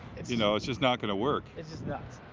it's you know it's just not gonna work. it's just nuts.